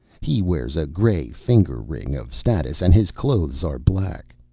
he wears a gray finger ring of status, and his clothes are black.